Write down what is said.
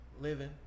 living